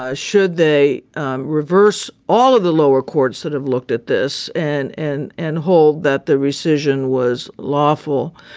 ah should they reverse all of the lower courts that have looked at this and and and hold that the decision was lawful.